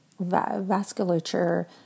vasculature